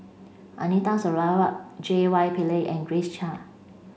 Anita Sarawak J Y Pillay and Grace Chia